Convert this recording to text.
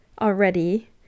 already